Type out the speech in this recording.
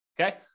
Okay